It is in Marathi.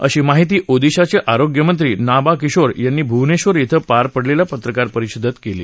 अशी माहिती ओदिशाचे आरोग्य मंत्री नाबा किशोर यांनी भुवनेश्वर इथं पार पडलेल्या परिषदेत दिली